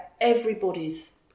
everybody's